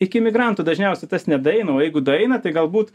iki emigrantų dažniausiai tas nedaeina o jeigu daeina tai galbūt